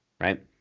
right